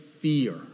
fear